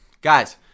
Guys